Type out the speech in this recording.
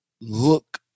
look